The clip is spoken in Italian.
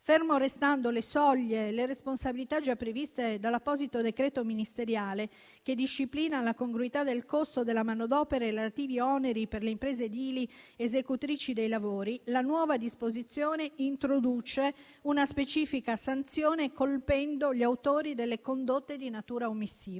Ferme restando le soglie e le responsabilità già previste dall'apposito decreto ministeriale, che disciplina la congruità del costo della manodopera e i relativi oneri per le imprese edili esecutrici dei lavori, la nuova disposizione introduce una specifica sanzione, colpendo gli autori delle condotte di natura omissiva.